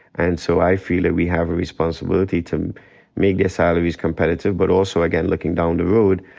and so i feel that we have a responsibility to make their salaries competitive. but also, again looking down the road,